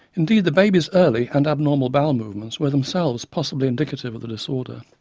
indeed the baby's early and abnormal bowel movements were themselves possibly indicative of the disorder.